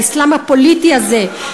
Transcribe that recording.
האסלאם הפוליטי הזה,